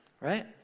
Right